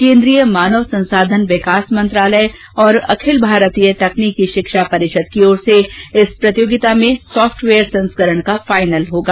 केन्द्रीय मानव संसाधन विकास मंत्रालय और अखिल भारतीय तकनीकी शिक्षा परिषद की ओर से इस प्रतियोगिता में सॉफ़टवेयर संस्करण का फाइनल होगा